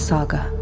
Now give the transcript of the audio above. Saga